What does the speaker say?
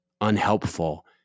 unhelpful